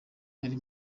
ari